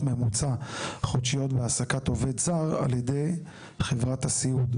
ממוצע חודשיות בהעסקת עובד זר על ידי חברת הסיעוד.